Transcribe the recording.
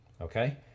okay